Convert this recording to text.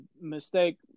mistake